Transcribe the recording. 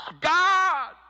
God